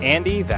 Andy